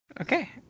Okay